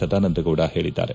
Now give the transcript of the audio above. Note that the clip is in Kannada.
ಸದಾನಂದ ಗೌಡ ಹೇಳಿದ್ದಾರೆ